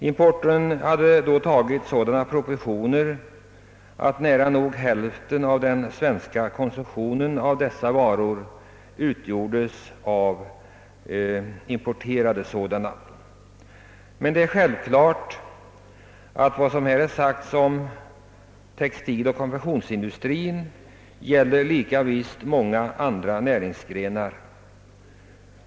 Importen hade tagit sådana proportioner, att nära nog hälften: av den svenska: konsumtionen. av sådana varor utgjordes av import. Det är självklart att vad som sagts om textiloch konfektionsinidustrin lika visst gäller många andra näringsgrenar.